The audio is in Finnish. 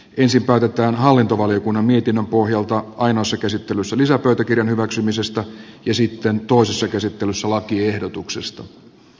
ensin päätetään hallintovaliokunnan mietinnön pohjalta ainoassa käsittelyssä lisäpöytäkirjan hyväksymisestä ja sitten toisessa käsittelyssä lakiehdotuksestas